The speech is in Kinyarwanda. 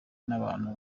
n’abantu